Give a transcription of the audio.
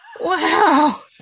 Wow